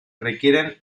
requieren